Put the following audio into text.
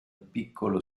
piccolo